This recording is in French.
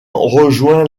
rejoint